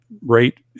rate